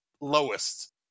lowest